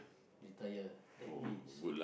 retire that means